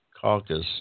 caucus